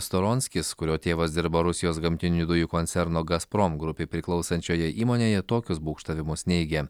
storonskis kurio tėvas dirba rusijos gamtinių dujų koncerno gazprom grupei priklausančioje įmonėje tokius būgštavimus neigė